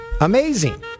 Amazing